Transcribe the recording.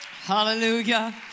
Hallelujah